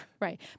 Right